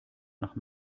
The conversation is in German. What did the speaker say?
nach